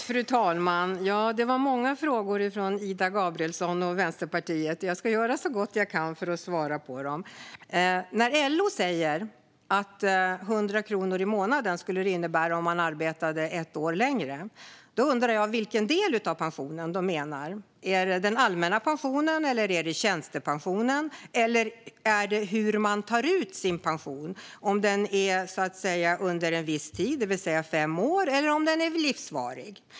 Fru talman! Det var många frågor från Ida Gabrielsson och Vänsterpartiet. Jag ska göra så gott jag kan för att svara på dem. När LO säger att det skulle innebära 100 kronor mer i månaden om man arbetade ett år längre undrar jag vilken del av pensionen de menar. Är det den allmänna pensionen eller tjänstepensionen? Eller handlar det om hur man tar ut sin pension, till exempel under fem år eller livsvarigt?